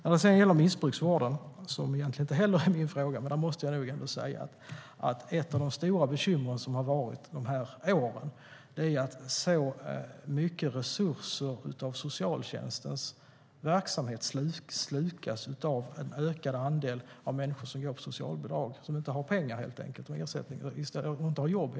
När det gäller missbruksvården, som egentligen inte heller är min fråga, måste jag säga att ett av de stora bekymmer som har funnits under dessa år är att så mycket av resurserna för socialtjänstens verksamhet slukas av att en ökad andel människor går på socialbidrag, människor som helt enkelt inte har pengar för att de saknar jobb.